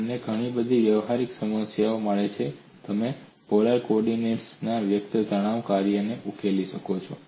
તમને ઘણી બધી વ્યવહારિક સમસ્યાઓ મળે છે તમે પોલર કો ઓર્ડિનેટ્સમાં વ્યક્ત તણાવ કાર્યથી ઉકેલી શકો છો